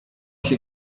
się